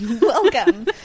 welcome